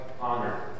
honor